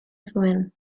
zuen